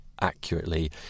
accurately